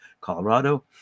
Colorado